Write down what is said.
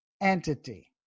entity